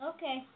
Okay